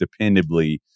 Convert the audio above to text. dependably